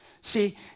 See